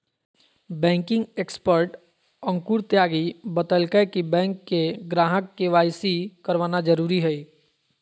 banking expert Ankur Tyagi बतयलकय कि bank के ग्राहक के.वाई.सी करवाना जरुरी हइ